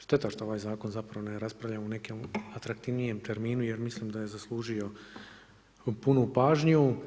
Šteta što ovaj zakon zapravo ne raspravljamo u nekom atraktivnijem terminu jer mislim da je zaslužio punu pažnju.